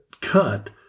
cut